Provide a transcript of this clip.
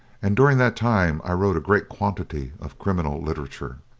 and during that time i wrote a great quantity of criminal literature.